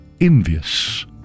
envious